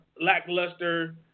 lackluster